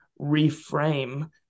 reframe